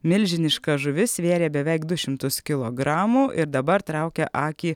milžiniška žuvis svėrė beveik du šimtus kilogramų ir dabar traukia akį